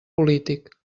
polític